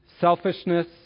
selfishness